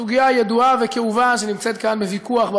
זו סוגיה ידועה וכאובה שנמצאת בוויכוח כאן,